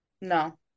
No